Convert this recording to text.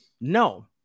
No